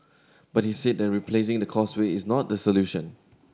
but he said that replacing the Causeway is not the solution